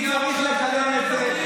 איזה קיצוצים שלמים, מערכת הבריאות.